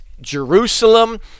Jerusalem